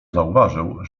zauważył